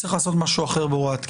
צריך לעשות משהו אחר בהוראת קבע.